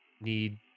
need